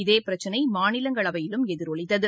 இதே பிரச்சினை மாநிலங்களவையிலும் எதிரொலித்தது